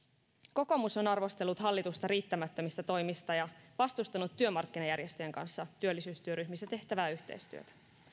kokoomus on arvostellut hallitusta riittämättömistä toimista ja vastustanut työmarkkinajärjestöjen kanssa työllisyystyöryhmissä tehtävää yhteistyötä